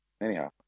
anyhow